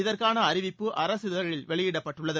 இதற்கான அறிவிப்பு அரசிதழில் வெளியிடப்பட்டுள்ளது